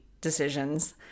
decisions